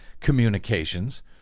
communications